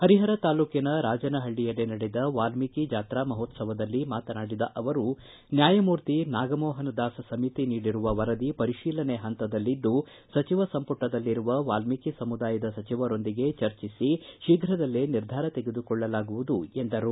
ಹರಿಹರ ತಾಲ್ಲೂಕಿನ ರಾಜನಹಳ್ಳಿಯಲ್ಲಿ ನಡೆದ ವಾಲ್ಮೀಕಿ ಜಾತ್ರಾ ಮಹೋತ್ಸವದಲ್ಲಿ ಮಾತನಾಡಿದ ಅವರು ನ್ಯಾಯಮೂರ್ತಿ ನಾಗಮೋಹನದಾಸ ಸಮಿತಿ ನೀಡಿರುವ ವರದಿ ಪರಿತೀಲನೆ ಪಂತದಲ್ಲಿದ್ದು ಸಚಿವ ಸಂಪುಟದಲ್ಲಿರುವ ವಾಲ್ಮೀಕಿ ಸಮುದಾಯದ ಸಚಿವರೊಂದಿಗೆ ಚರ್ಚಿಸಿ ತೀಪುದಲ್ಲೇ ನಿರ್ಧಾರ ತೆಗೆದುಕೊಳ್ಳಲಾಗುವುದು ಎಂದರು